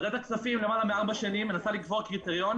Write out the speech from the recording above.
ועדת הכספים למעלה מארבע שנים מנסה לקבוע קריטריון,